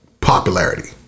popularity